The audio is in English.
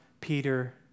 Peter